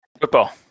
football